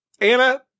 anna